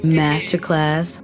masterclass